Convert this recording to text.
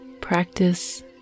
Practice